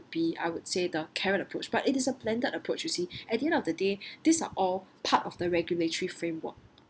be I would say the carrot approach but it is a blended approach you see at the end of the day these are all part of the regulatory framework